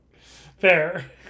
Fair